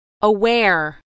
aware